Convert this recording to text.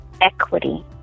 equity